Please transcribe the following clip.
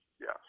yes